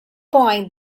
point